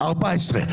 14?